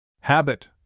Habit